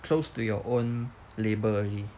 close to your own label already